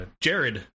Jared